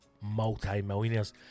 multi-millionaires